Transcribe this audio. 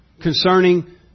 concerning